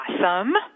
Awesome